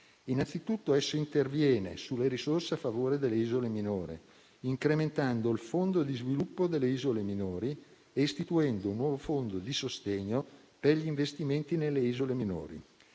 Innanzi tutto, interviene sulle risorse a favore delle isole minori, incrementando il fondo di sviluppo delle isole minori e istituendo un nuovo fondo di sostegno per gli investimenti nelle isole minori.